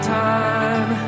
time